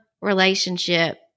relationship